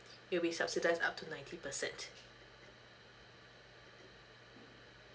it'll be subsidize up to ninety percent